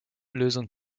lösung